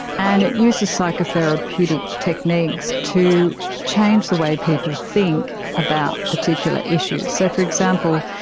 and it uses psychotherapeutic techniques to change the way people think about particular issues. so, for example,